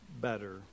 better